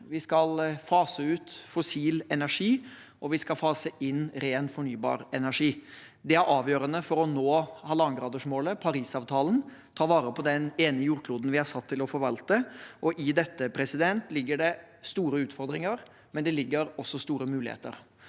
Vi skal fase ut fossil energi, og vi skal fase inn ren, fornybar energi. Det er avgjørende for å nå 1,5-gradersmålet i Parisavtalen og ta vare på den ene jordkloden vi er satt til å forvalte. I dette ligger det store utfordringer, men også store muligheter.